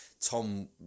tom